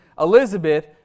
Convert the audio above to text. Elizabeth